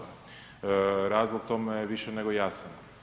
Razlog tome je više nego jasan.